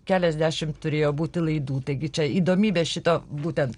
keliasdešim turėjo būti laidų taigi čia įdomybės šito būtent